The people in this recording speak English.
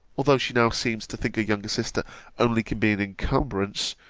although she now seems to think a younger sister only can be an incumbrance,